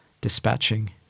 dispatching